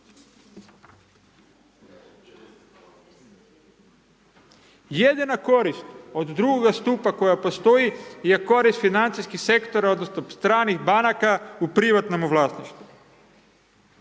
Jedina korist od drugoga stupa koja postoji je korist financijskih sektora, odnosno stranih banaka u privatnom vlasništvu.